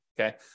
okay